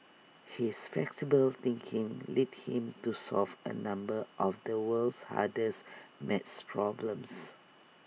his flexible thinking led him to solve A number of the world's hardest math problems